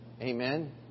Amen